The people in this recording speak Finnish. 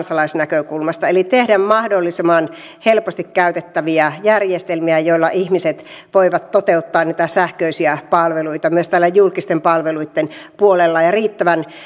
kansalaisnäkökulmasta eli tehdä mahdollisimman helposti käytettäviä järjestelmiä joilla ihmiset voivat toteuttaa niitä sähköisiä palveluita myös täällä julkisten palveluitten puolella ja riittävän